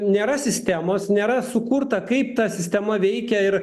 nėra sistemos nėra sukurta kaip ta sistema veikia ir